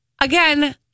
Again